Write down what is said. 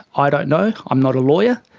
i don't know. i'm not a lawyer,